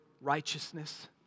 righteousness